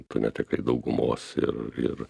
tu netekai daugumos ir ir